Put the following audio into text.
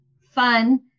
fun